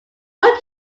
would